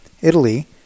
Italy